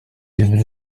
ireme